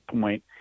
point